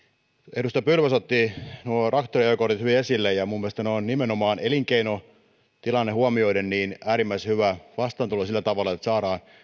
edustaja pylväs otti nuo traktoriajokortit hyvin esille ja minun mielestäni ne ovat nimenomaan elinkeinotilanne huomioiden äärimmäisen hyvä vastaantulo sillä tavalla että saadaan